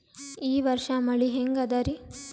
ಈ ವರ್ಷ ಮಳಿ ಹೆಂಗ ಅದಾರಿ?